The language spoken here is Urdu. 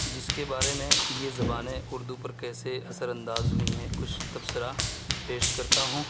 جس کے بارے میں یہ زبانیں اردو پر کیسے اثرانداز ہوئی ہیں کچھ تبصرہ پیش کرتا ہوں